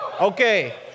Okay